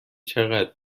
چقدر